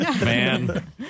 Man